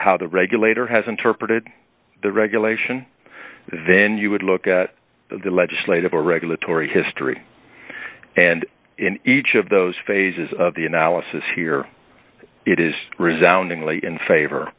how the regulator has interpreted the regulation then you would look at the legislative or regulatory history and in each of those phases of the analysis here it is